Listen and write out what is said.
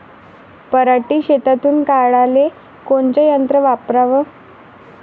पराटी शेतातुन काढाले कोनचं यंत्र वापराव?